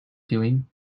doing